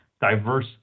diverse